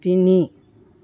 তিনি